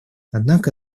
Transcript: однако